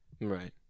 Right